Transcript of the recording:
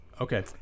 Okay